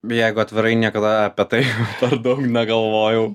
jeigu atvirai niekada apie tai per daug negalvojau